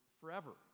forever